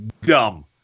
dumb